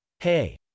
hey